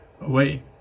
away